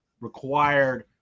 required